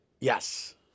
Yes